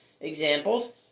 examples